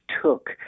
took